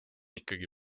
ikkagi